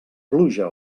pluja